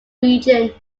region